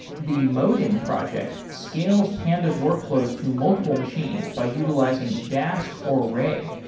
the modin project scales pandas workflows to multiple machines by utilizing dask or ray,